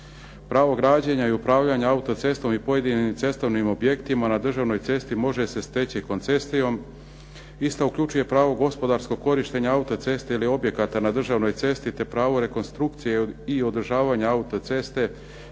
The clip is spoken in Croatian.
Pravo građenja i upravljanja autocestom i pojedinim cestovnim objektima na državnoj cesti može se steći koncesijom, ista uključuje pravo gospodarskog korištenja autoceste ili objekata na državnoj cesti te pravo rekonstrukcije i održavanje autoceste